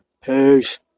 Peace